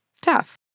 Tough